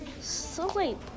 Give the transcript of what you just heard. sleep